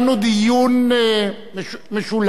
אבל אנחנו כמובן נצביע על כל חוק בנפרד,